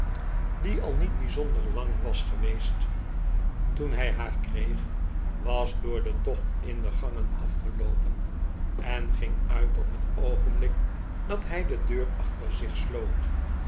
die al niet bijzonder lang was geweest toen hjj haar kreeg was door den tocht in de gangen afgeloopen en ging uit op het oogenblik dat hij de deur achter zich sloot